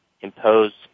imposed